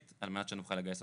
המדינות האלו מוכיחות